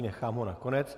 Nechám ho na konec.